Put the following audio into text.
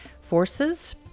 forces